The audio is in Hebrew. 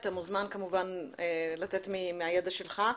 אתה מוזמן כמובן לתת מהידע שלך.